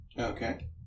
Okay